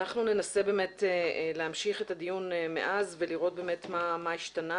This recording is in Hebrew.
אנחנו ננסה באמת להמשיך את הדיון מאז ולראות באמת מה השתנה